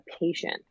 patient